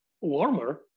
warmer